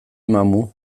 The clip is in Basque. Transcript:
mamu